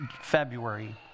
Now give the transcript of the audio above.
February